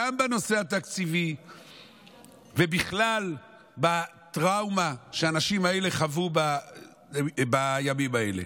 גם בנושא התקציבי ובכלל בטראומה שהאנשים האלה חוו בימים האלה.